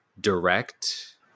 direct